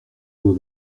dois